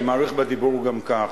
אני מאריך בדיבור גם כך,